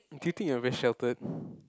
do you think you are very sheltered